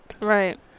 right